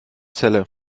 celle